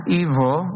evil